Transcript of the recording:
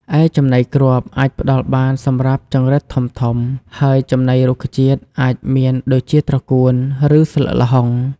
ឯចំណីគ្រាប់អាចផ្តល់បានសម្រាប់ចង្រិតធំៗ ហើយចំណីរុក្ខជាតិអាចមានដូចជាត្រកួន ឬស្លឹកល្ហុង។